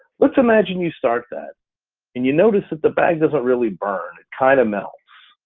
let's imagine you start that and you notice that the bag doesn't really burn, it kind of melts.